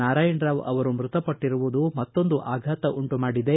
ನಾರಾಯಣರಾವ್ ಅವರು ಮೃತಪಟ್ಟರುವುದು ಮತ್ತೊಂದು ಆಘಾತ ಉಂಟುಮಾಡಿದೆ